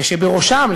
ובראשם,